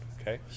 okay